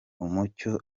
umucyo